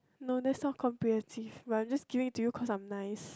no that's not comprehensive but I just give it to you cause I'm nice